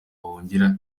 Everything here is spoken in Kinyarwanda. bahungira